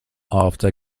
after